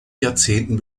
jahrzehnten